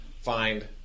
find